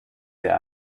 der